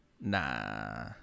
Nah